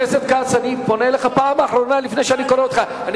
אני פונה אליך בפעם האחרונה לפני שאני קורא אותך לסדר.